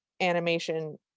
animation